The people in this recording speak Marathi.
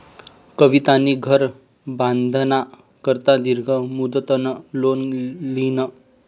कवितानी घर बांधाना करता दीर्घ मुदतनं लोन ल्हिनं